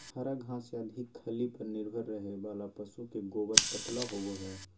हरा घास या अधिक खल्ली पर निर्भर रहे वाला पशु के गोबर पतला होवो हइ